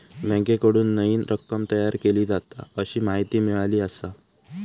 बँकेकडून नईन रक्कम तयार केली जाता, अशी माहिती मिळाली आसा